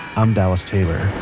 i'm dallas taylor.